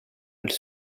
elles